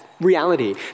reality